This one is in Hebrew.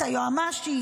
את היועמ"שית,